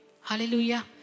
Hallelujah